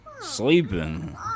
Sleeping